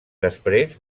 després